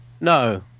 No